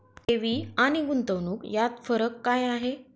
ठेवी आणि गुंतवणूक यात फरक काय आहे?